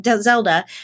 Zelda